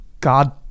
God